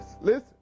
listen